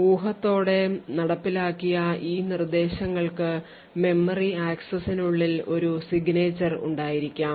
ഊഹത്തോടെ നടപ്പിലാക്കിയ ഈ നിർദ്ദേശങ്ങൾക്ക് മെമ്മറി ആക്സസ്സിനുള്ളിൽ ഒരു signature ഉണ്ടായിരിക്കാം